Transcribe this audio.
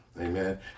Amen